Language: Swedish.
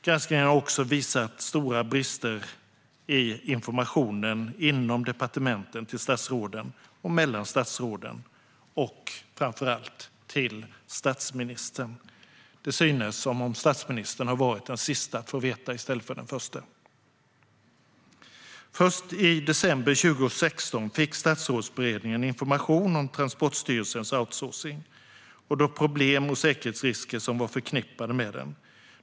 Granskningen har också visat stora brister i informationen inom departementen till statsråden och mellan statsråden och, framför allt, till statsministern. Statsministern har till synes varit den siste att få veta, i stället för den förste. Först i december 2016 fick Statsrådsberedningen information om Transportstyrelsens outsourcing och de problem och säkerhetsrisker som var förknippade med den.